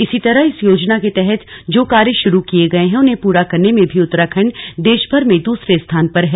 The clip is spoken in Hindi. इसी तरह इस योजना के तहत जो कार्य शुरू किये गये हैं उन्हें पूरा करने में भी उत्तराखण्ड देशभर में दूसरे स्थान पर है